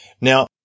Now